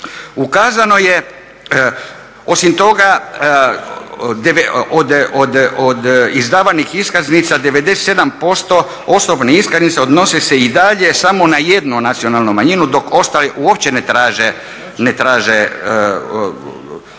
postupaka. Osim toga od izdavanih iskaznica 97% osobnih iskaznica odnose se i dalje samo na jednu nacionalnu manjinu dok ostale uopće ne traže